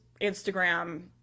Instagram